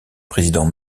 président